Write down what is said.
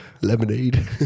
Lemonade